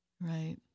Right